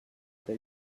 they